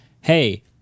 Hey